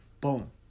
boom